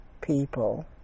people